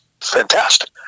fantastic